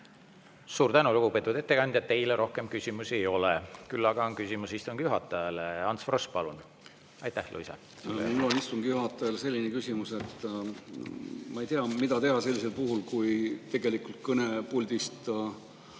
Suur tänu, lugupeetud ettekandja! Teile rohkem küsimusi ei ole, küll aga on küsimus istungi juhatajale. Ants Frosch, palun! Aitäh, Luisa! Mul on istungi juhatajale selline küsimus. Ma ei tea, mida teha sellisel puhul, kui kõnepuldist kostub